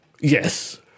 Yes